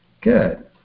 Good